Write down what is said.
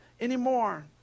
anymore